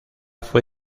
fue